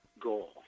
goal